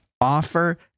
offer